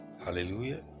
Hallelujah